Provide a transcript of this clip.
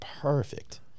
perfect